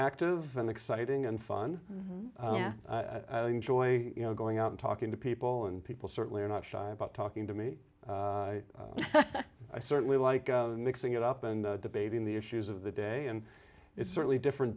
active and exciting and fun enjoy you know going out and talking to people and people certainly are not shy about talking to me i certainly like mixing it up and debating the issues of the day and it's certainly different